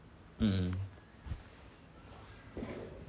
mm